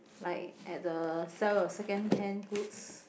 like at the sell your second hand goods